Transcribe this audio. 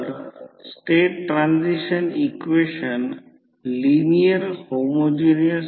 तर V2 250V दिले आहे आणि I2 20 अँपिअर मिळेल म्हणजे ते 12